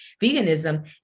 veganism